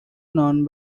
known